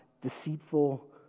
deceitful